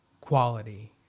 quality